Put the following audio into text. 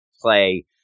play